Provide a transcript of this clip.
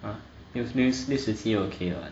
uh 六六六十七 okay [what]